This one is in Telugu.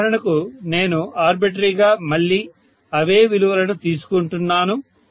ఉదాహరణకు నేను ఆర్బిటరీగా మళ్ళీ అవే విలువలను తీసుకుంటున్నాను